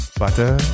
butter